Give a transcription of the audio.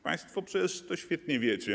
Państwo przecież to świetnie wiecie.